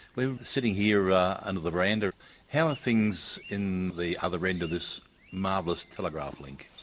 we're sitting here under the veranda how are things in the other end of this marvellous telegraph link?